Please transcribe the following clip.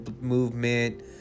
movement